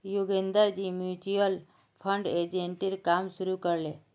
योगेंद्रजी mutual fund एजेंटेर काम शुरू कर ले